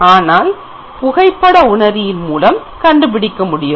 ஆனால் புகைப்பட உணரி இன் மூலம் கண்டுபிடிக்க முடியும்